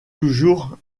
toujours